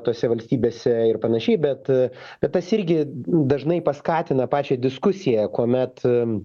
tose valstybėse ir panašiai bet bet tas irgi nu dažnai paskatina pačią diskusiją kuomet